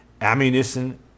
ammunition